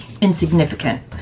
insignificant